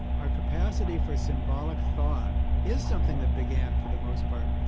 our capacity for symbolic thought is something that began, for the most part,